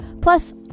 Plus